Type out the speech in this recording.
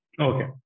Okay